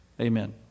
Amen